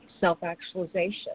self-actualization